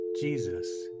Jesus